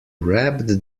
wrapped